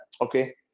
okay